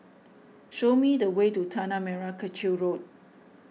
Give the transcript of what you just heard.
show me the way to Tanah Merah Kechil Road